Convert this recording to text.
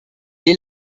est